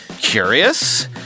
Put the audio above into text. Curious